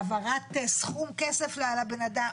העברת סכום כסף לבן-אדם,